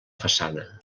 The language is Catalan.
façana